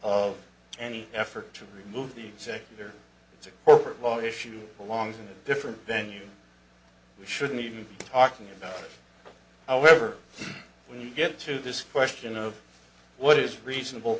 of any effort to remove the executor it's a corporate law issue belongs in a different venue we shouldn't even talking about it however when you get to this question of what is reasonable